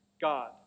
God